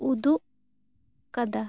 ᱩᱫᱩᱜ ᱠᱟᱫᱟ